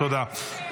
תודה.